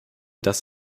das